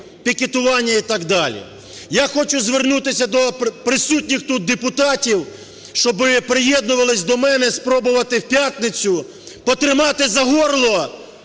пікетування і так далі. Я хочу звернутися до присутніх тут депутатів, щоби приєднувалися до мене спробувати в п'ятницю потримати за горло